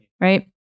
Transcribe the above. right